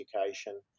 education